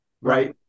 Right